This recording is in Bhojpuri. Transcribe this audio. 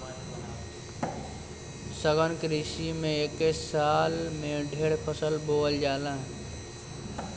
सघन कृषि में एके साल में ढेरे फसल बोवल जाला